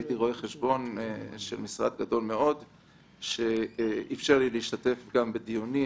כי הייתי רואה חשבון של משרד גדול מאוד שאיפשר לי להשתתף בדיונים